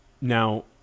now